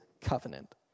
covenant